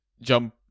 jump